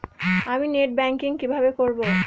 আমি net banking কিভাবে করব?